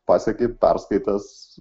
pasieki perskaitęs